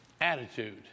Attitude